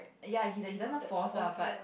ya he like doesn't force lah but